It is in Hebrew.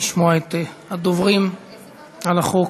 לשמוע את הדוברים על החוק.